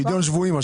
פיקדון שבועי.